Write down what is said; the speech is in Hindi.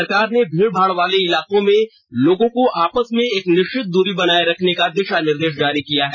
सरकार ने भीडभाड वाले इलाकों में लोगों के आपस में एक निष्चित द्री बनाए रखने के दिशा निर्देश जारी किए हैं